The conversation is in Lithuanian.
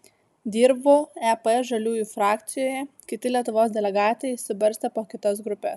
dirbu ep žaliųjų frakcijoje kiti lietuvos delegatai išsibarstę po kitas grupes